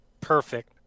Perfect